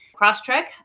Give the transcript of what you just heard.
Crosstrek